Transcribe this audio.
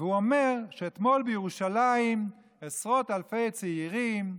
והוא אומר שאתמול בירושלים עשרות אלפי צעירים,